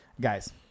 guys